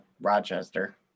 Rochester